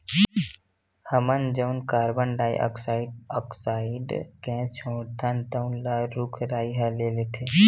हमन जउन carbon dioxide oxide gas छोड़थन तउन ल रूख राई ह ले लेथे